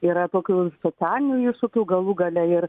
yra tokių socialinių iššūkių galų gale ir